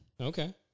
Okay